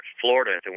Florida